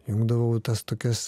jungdavau tas tokias